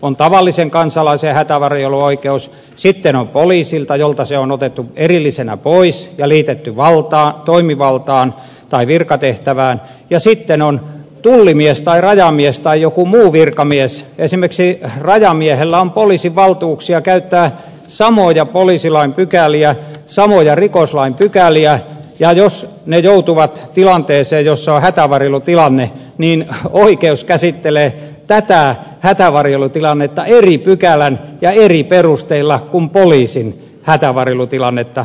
on tavallisen kansalaisen hätävarjeluoikeus sitten on poliisi jolta se on otettu erillisenä pois ja liitetty virkatehtävään ja sitten on tullimies tai rajamies tai joku muu virkamies esimerkiksi rajamiehellä on poliisin valtuuksia käyttää samoja poliisilain pykäliä samoja rikoslain pykäliä ja jos he joutuvat tilanteeseen jossa on hätävarjelutilanne niin oikeus käsittelee tätä hätävarjelutilannetta eri pykälän mukaan ja eri perusteilla kuin poliisin hätävarjelutilannetta